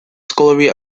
scholarly